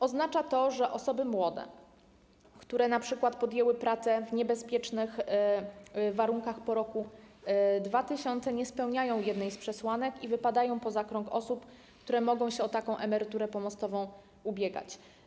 Oznacza to, że osoby młode, które np. podjęły pracę w niebezpiecznych warunkach po roku 2000, nie spełniają jednej z przesłanek i wypadają poza krąg osób, które mogą się o taką emeryturę pomostową ubiegać.